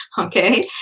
okay